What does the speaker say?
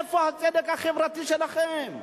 איפה הצדק החברתי שלכם?